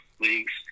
leagues